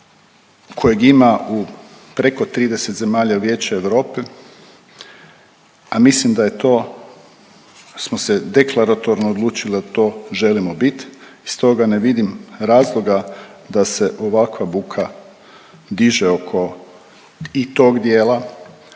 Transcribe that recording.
kojeg ima u preko 30 zemalja Vijeća Europe, a mislim da je to smo se deklaratorno odlučili da to želimo bit i stoga ne vidim razloga da se ovakva buka diže oko i tog dijela